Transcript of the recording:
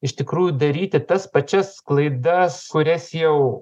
iš tikrųjų daryti tas pačias klaidas kurias jau